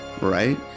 right